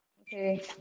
Okay